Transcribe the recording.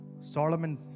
Solomon